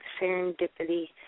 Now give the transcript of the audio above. serendipity